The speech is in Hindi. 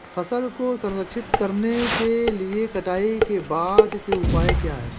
फसल को संरक्षित करने के लिए कटाई के बाद के उपाय क्या हैं?